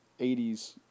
80's